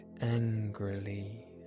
angrily